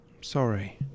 Sorry